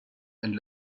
and